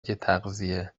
تغذیه